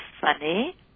funny